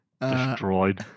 Destroyed